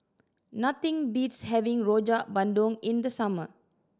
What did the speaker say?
nothing beats having Rojak Bandung in the summer